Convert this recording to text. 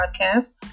podcast